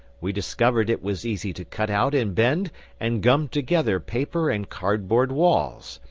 we discovered it was easy to cut out and bend and gum together paper and cardboard walls,